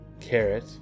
carrot